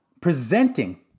presenting